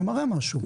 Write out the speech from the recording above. זה מראה משהו.